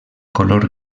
color